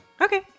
Okay